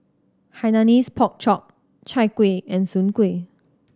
Hainanese Pork Chop Chai Kuih and Soon Kueh